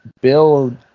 build